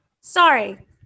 Sorry